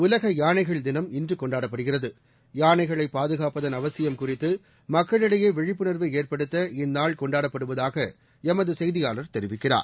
உலக யானைகள் தினம் இன்று கொண்டாடப்படுகிறது யானைகளை பாதுகாப்பதன் அவசியம் குறித்து மக்களிடையே விழிப்புணர்வை ஏற்படுத்த இந்நாள் கொண்டாடப்படுவதாக எமது செய்தியாளர் தெரிவிக்கிறார்